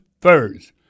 first